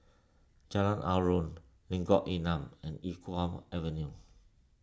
Jalan Aruan Lengkong Enam and Iqbal Avenue